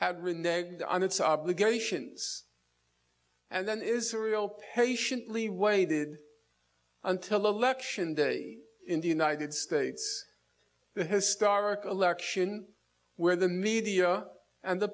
its obligations and then israel patiently waited until the election day in the united states the historic election where the media and the